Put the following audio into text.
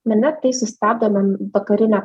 mane tai sustabdo nuo vakarinio